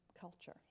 culture